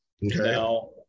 now